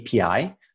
API